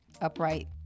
upright